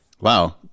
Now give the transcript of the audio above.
Wow